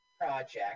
project